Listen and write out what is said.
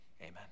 amen